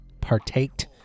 partaked